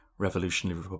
Revolutionary